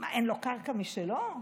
אין לו קרקע משלו?